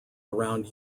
around